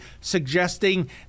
suggesting